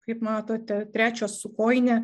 kaip matote trečios su kojine